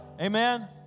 Amen